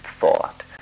thought